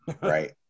Right